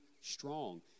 strong